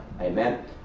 Amen